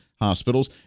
hospitals